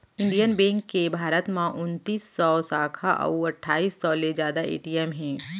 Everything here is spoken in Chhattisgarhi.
इंडियन बेंक के भारत म उनतीस सव साखा अउ अट्ठाईस सव ले जादा ए.टी.एम हे